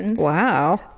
Wow